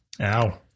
Ow